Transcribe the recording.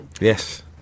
Yes